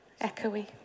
echoey